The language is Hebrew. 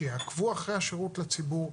שיעקבו אחרי השירות לציבור,